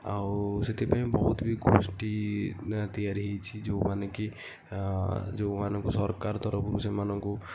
ଆଉ ସେଥିପାଇଁ ବହୁତ ହିଁ ଗୋଷ୍ଠୀ ତିଆରି ହୋଇଛି ଯେଉଁମାନେ କି ଯେଉଁମାନଙ୍କୁ ସରକାର ତରଫରୁ ସେମାନଙ୍କୁ